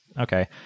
okay